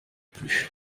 plus